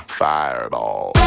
fireball